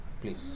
Please